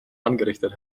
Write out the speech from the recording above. angerichtet